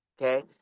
okay